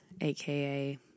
aka